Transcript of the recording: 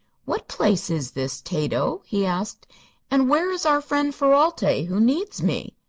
what place is this, tato? he asked and where is our friend ferralti, who needs me?